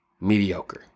mediocre